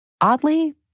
Oddly